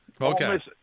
Okay